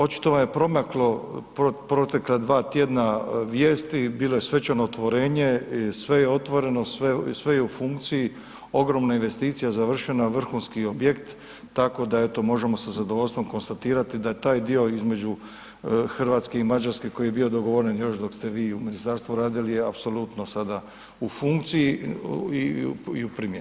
Očito vam je promaklo protekla dva tjedna vijesti, bilo je svečano otvorenje, sve je otvoreno, sve je u funkciji, ogromna investicija završena, vrhunski objekt tako da eto, možemo sa zadovoljstvom konstatirati da je taj dio između Hrvatske i Mađarske koji je bio dogovoren još dok ste vi u ministarstvu radili je apsolutno sada u funkciji i u primjeni.